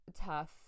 tough